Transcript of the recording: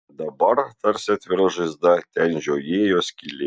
dabar tarsi atvira žaizda ten žiojėjo skylė